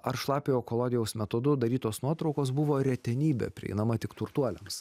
ar šlapiojo kolodijaus metodu darytos nuotraukos buvo retenybė prieinama tik turtuoliams